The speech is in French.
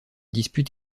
dispute